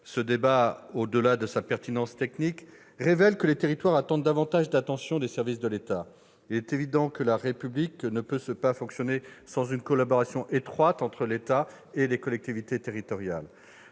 Ce débat, au-delà de sa pertinence technique, révèle que les territoires attendent davantage d'attention des services de l'État. Il est évident que la République ne peut pas fonctionner sans une collaboration étroite entre l'État et les collectivités territoriales.